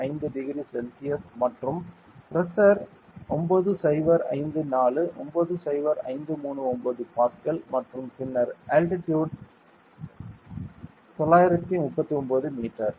5 degree Celsius மற்றும் pressure 9054 90539 pascal மற்றும் பின்னர் அல்டிடியூட் 939 மீட்டர்